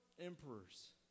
emperors